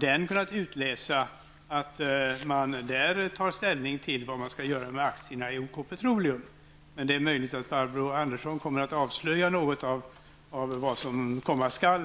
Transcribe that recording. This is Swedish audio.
jag inte kunnat utläsa att man där tar ställning till vad man skall göra med aktierna i OK Petroleum, men det är möjligt att Barbro Andersson kommer att avslöja något av vad som här komma skall.